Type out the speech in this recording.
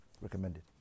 Recommended